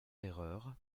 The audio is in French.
erreur